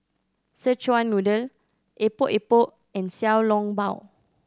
Szechuan Noodle Epok Epok and Xiao Long Bao